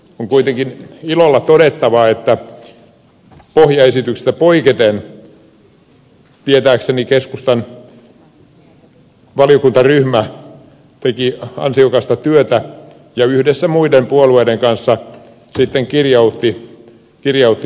on kuitenkin ilolla todettava että pohjaesityksestä poiketen tietääkseni keskustan valiokuntaryhmä teki ansiokasta työtä ja yhdessä muiden puolueiden kanssa sitten kirjautti tänne